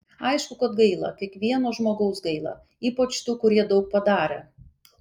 aišku kad gaila kiekvieno žmogaus gaila ypač tų kurie daug padarė